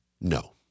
No